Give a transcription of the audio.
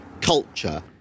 culture